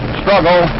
struggle